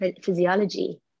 physiology